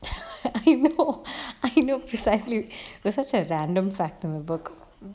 I know I know precisely it such a random fact in the book